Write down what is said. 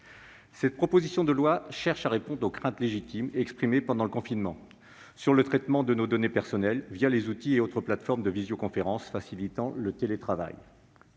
cette proposition de loi, on cherche à répondre aux craintes légitimes, exprimées pendant le confinement, sur le traitement de nos données personnelles collectées les outils et autres plateformes de visioconférence facilitant le télétravail.